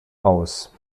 aus